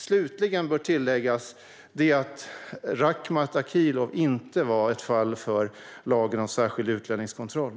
Slutligen kan tilläggas att Rakhmat Akilov inte var ett fall för lagen om särskild utlänningskontroll.